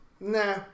nah